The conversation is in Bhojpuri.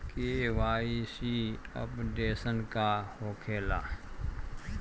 के.वाइ.सी अपडेशन का होखेला?